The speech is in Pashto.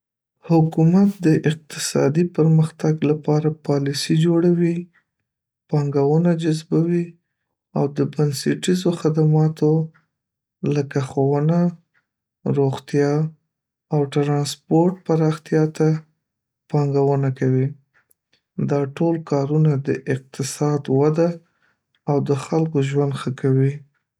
حکومت د اقتصادي پرمختګ لپاره پالیسیو جوړوي، پانګونه جذبوي، او د بنسټیزو خدماتو لکه ښوونه، روغتیا او ټرانسپورټ پراختیا ته پانګونه کوي. دا ټول کارونه د اقتصاد وده او د خلکو ژوند ښه کوي.